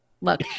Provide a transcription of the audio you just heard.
look